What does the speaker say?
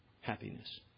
happiness